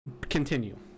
Continue